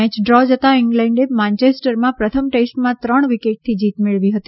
match draw જતાં ઇંગ્લેન્ડે માન્ચેસ્ટરમાં પ્રથમ ટેસ્ટમાં ત્રણ વિકેટથી જીત મેળવી હતી